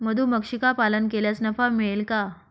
मधुमक्षिका पालन केल्यास नफा मिळेल का?